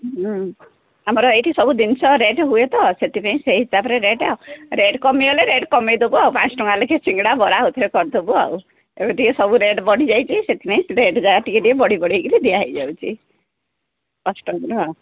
ହୁଁ ଆମର ଏଇଠି ସବୁ ଦିନିଷ ରେଟ୍ ହୁଏ ତ ସେଥିପାଇଁ ସେଇ ହିସାବରେ ରେଟ୍ ଆଉ ରେଟ୍ କମିଗଲେ ରେଟ୍ କମେଇଦେବ ଆଉ ପାଞ୍ଚଟଙ୍କା ଲେଖେ ସିଙ୍ଗଡ଼ା ବରା ଆଉଥରେ କରିଦେବୁ ଆଉ ଏବେ ଟିକେ ସବୁ ରେଟ୍ ବଢ଼ିଯାଇଛି ସେଥିପାଇଁ ରେଟ୍ ଯାହା ଟିକେ ଟିକେ ବଢ଼ି ବଢ଼େଇକିରି ଦିଆହୋଇଯାଉଛି ପାଞ୍ଚଟଙ୍କାର ହଁ